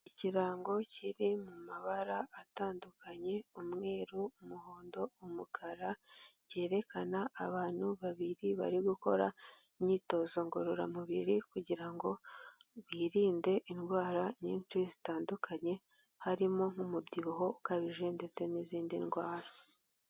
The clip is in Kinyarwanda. Ikirango kiri mu mabara atandukanye, umweru, umuhondo, umukara, cyerekana abantu babiri bari gukora imyitozo ngororamubiri, kugira ngo birinde indwara nyinshi zitandukanye, harimo nk'umubyibuho ukabije, ndetse n'izindi ndwara.